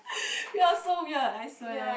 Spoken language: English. we are so weird I swear